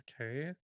okay